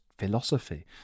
philosophy